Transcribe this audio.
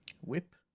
whip